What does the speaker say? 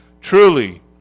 Truly